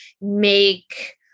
make